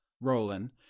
Roland